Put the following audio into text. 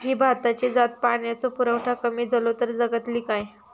ही भाताची जात पाण्याचो पुरवठो कमी जलो तर जगतली काय?